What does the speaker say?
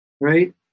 right